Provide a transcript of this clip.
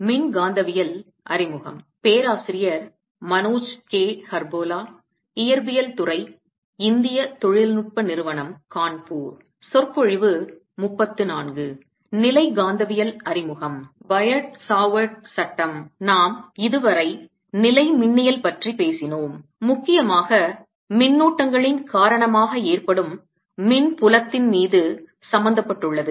நிலை காந்தவியல் மேக்னடோஸ்டாடிக்ஸ் அறிமுகம் பயோட் சாவர்ட் சட்டம் நாம் இதுவரை நிலைமின்னியல் எலக்ட்ரோஸ்டேடிக் பற்றி பேசினோம் முக்கியமாக மின்னூட்டங்களின் காரணமாக ஏற்படும் மின் புலத்தின் மீது சம்பந்தப்பட்டுள்ளது